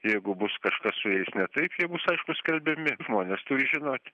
jeigu bus kažkas su jais ne taip jie bus aišku skelbiami žmonės sužinoti